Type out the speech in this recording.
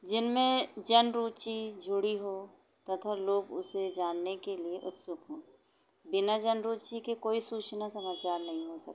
जिनमें जन रुची जुड़ी हो तथा लोग उसे जानने के लिए उत्सुक हों बिना जनरुचि के कोई सूचना समाचार नहीं हो सकता